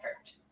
effort